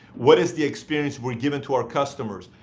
what is the experience we're giving to our customers?